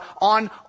on